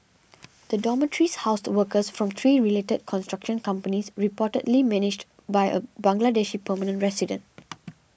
the dormitories housed workers from three related construction companies reportedly managed by a Bangladeshi permanent resident